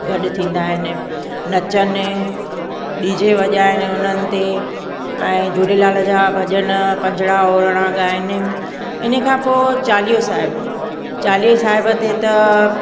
गॾु थींदा आहिनि नचन डीजे वॼाइणु हुननि ते ऐं झूलेलाल जा भॼन पंजणा वंजणा गाइनि इन खां पोइ चालीहो साहिबु चालीहो साहिब ते त